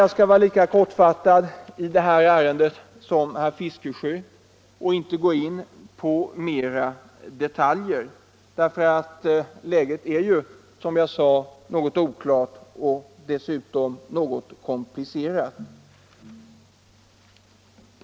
Jag skall vara lika kortfattad i det här ärendet som herr Fiskesjö och inte ta upp ytterligare detaljer, eftersom läget som jag sagt är oklart och komplicerat.